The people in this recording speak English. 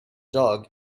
dog